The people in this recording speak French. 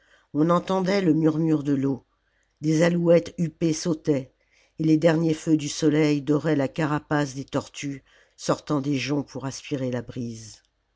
on entendait le murmure de l'eau des alouettes huppées sautaient et les derniers feux du soleil doraient la carapace des tortues sortant des joncs pour aspirer la brise